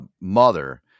mother